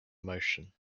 emotion